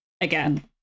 again